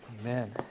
Amen